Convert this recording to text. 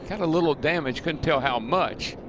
kind of little damage, couldn't tell how much.